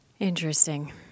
Interesting